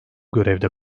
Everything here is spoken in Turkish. görevde